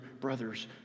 brother's